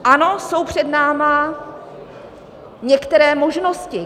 Ano, jsou před námi některé možnosti.